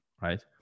right